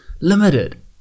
limited